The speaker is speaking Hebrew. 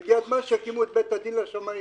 והגיע הזמן שיקימו את בית הדין לשמאים.